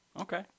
Okay